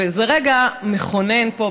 וזה רגע מכונן פה,